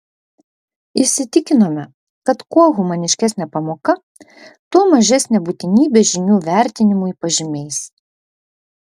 įsitikinome kad kuo humaniškesnė pamoka tuo mažesnė būtinybė žinių vertinimui pažymiais